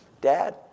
Dad